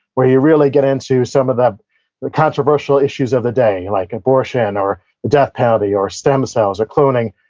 where you really get into some of the the controversial issues of the day, like abortion or the death penalty or stem cells or cloning,